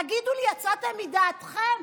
תגידו לי, יצאתם מדעתכם?